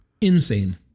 insane